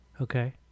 Okay